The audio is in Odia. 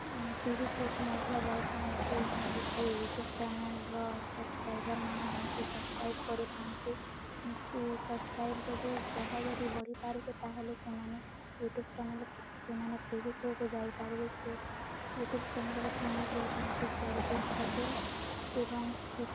ଟି ଭି ସୋକୁ ମଧ୍ୟ ଯାଇଥାନ୍ତି ଏମିତି ସେ ୟୁଟ୍ୟୁବ୍ ଚ୍ୟାନେଲ୍ର ସବ୍ସ୍କ୍ରାଇବର୍ମାନେ ଯେମିତି ସବ୍ସ୍କ୍ରାଇବ୍ କରିଥାନ୍ତି ସେମିତି ସବ୍ସ୍କ୍ରାଇବ୍ ଯଦି ଜହ ଯଦି ବଢ଼ିପାରୁଛି ତା'ହେଲେ ସେମାନେ ୟୁଟ୍ୟୁବ୍ ଚ୍ୟାନେଲ୍କୁ ସେମାନେ ଟି ଭି ସୋ'କୁ ଯାଇପାରିବେ ସେ ୟୁଟ୍ୟୁବ୍ ଚ୍ୟାନେଲ୍ର ଫେମସ୍ ହେଉଛନ୍ତି ଜଗଦିଶ୍ ପଟେଲ୍ ଏବଂ ସେ